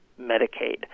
Medicaid